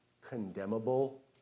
condemnable